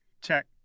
Check